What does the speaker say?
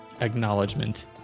acknowledgement